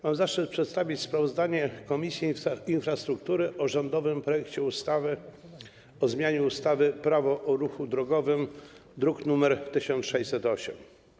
Mam zaszczyt przedstawić sprawozdanie Komisji Infrastruktury o rządowym projekcie ustawy o zmianie ustawy - Prawo o ruchu drogowym, druk nr 1608.